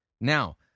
Now